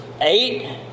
Eight